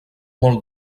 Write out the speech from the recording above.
molt